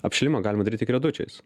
apšilimą galima daryt tik riedučiais